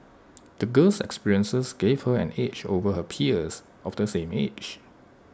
the girl's experiences gave her an edge over her peers of the same age